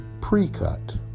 pre-cut